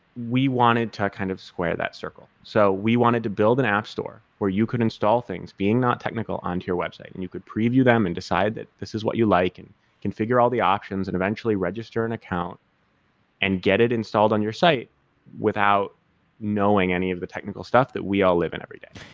we wanted to kind of square that circle. so we wanted to build an app store where you could install things being not technical on to your website, and you could preview them and decide that this is what you like. configure all the options and eventually register an account and get it installed on your site without knowing any of the technical stuff that we all live in every day.